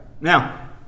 Now